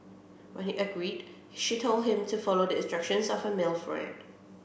when he agreed she told him to follow the instructions of a male friend